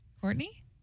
Courtney